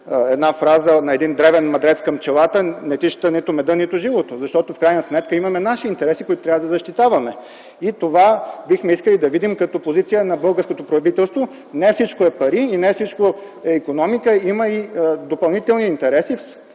една фраза на един древен мъдрец към пчелата: „Не ти ща нито меда, нито жилото.” В крайна сметка имаме наши интереси, които трябва да защитаваме, и това бихме искали да видим като позиция на българското правителство – не всичко е пари и не всичко е икономика, има и допълнителни интереси.